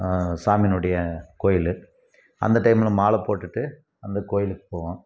சாமியினுடைய கோவில் அந்த டைமில் மாலை போட்டுட்டு அந்தக் கோவிலுக்குப் போவோம்